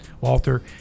Walter